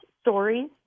stories